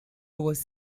was